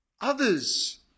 others